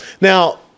Now